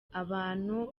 abantu